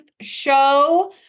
show